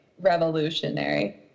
revolutionary